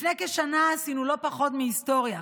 לפני כשנה עשינו לא פחות מהיסטוריה